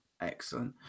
excellent